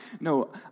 No